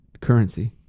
currency